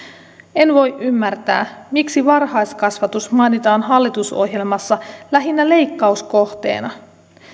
en voi ymmärtää miksi varhaiskasvatus mainitaan hallitusohjelmassa lähinnä leikkauskohteena